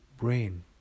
brain